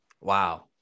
Wow